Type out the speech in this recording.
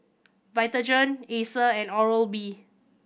Vitagen Acer and Oral B